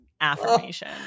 Affirmation